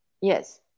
yes